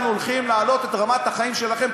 אנחנו הולכים להעלות את רמת החיים שלכם.